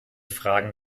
fragen